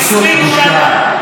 פשוט בושה.